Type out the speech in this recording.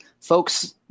folks